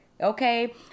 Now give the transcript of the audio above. Okay